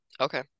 Okay